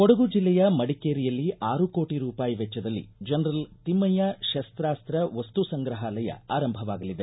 ಕೊಡಗು ಜಿಲ್ಲೆಯ ಮಡಿಕೇರಿಯಲ್ಲಿ ಆರು ಕೋಟ ರೂಪಾಯಿ ವೆಚ್ವದಲ್ಲಿ ಜನರಲ್ ತಿಮ್ದಯ್ಯ ಶಸ್ತಾಸ್ತ ವಸ್ತು ಸಂಗ್ರಹಾಲಯ ಆರಂಭವಾಗಲಿದೆ